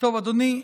טוב, אדוני.